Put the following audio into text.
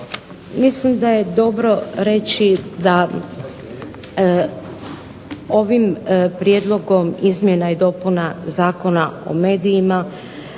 Mislim da je dobro reći da ovim prijedlogom izmjena i dopuna Zakona o medijima